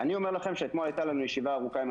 אני אומר לכם שאתמול הייתה לנו ישיבה ארוכה עם